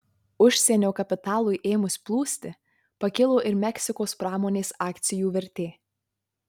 užsienio kapitalui ėmus plūsti pakilo ir meksikos pramonės akcijų vertė